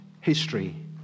history